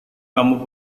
kamu